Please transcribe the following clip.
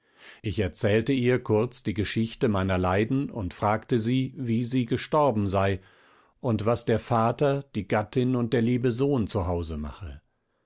ich erzählte ihr kurz die geschichte meiner leiden und fragte sie wie sie gestorben sei und was der vater die gattin und der liebe sohn zu hause mache